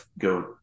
go